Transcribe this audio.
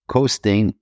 Coasting